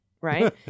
right